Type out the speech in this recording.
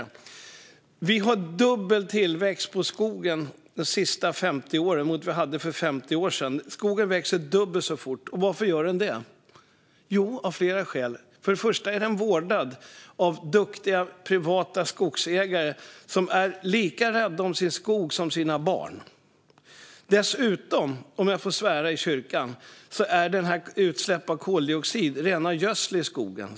De senaste 50 åren har vi haft dubbel tillväxt på skogen mot vad vi hade för 50 år sedan. Skogen växer dubbelt så fort, och varför gör den det? Det är av flera skäl. För det första är den vårdad av duktiga privata skogsägare som är lika rädda om sin skog som om sina barn. För det andra, om jag får svära i kyrkan, är utsläpp av koldioxid rena gödseln för skogen.